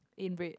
in red